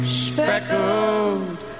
speckled